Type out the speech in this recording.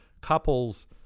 couple's